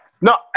No